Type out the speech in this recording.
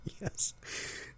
Yes